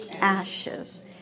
ashes